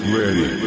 ready